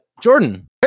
jordan